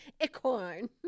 Acorn